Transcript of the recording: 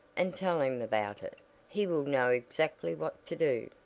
and tell him about it he will know exactly what to do.